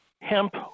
hemp